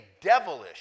devilish